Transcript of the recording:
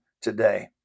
today